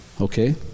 Okay